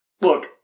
look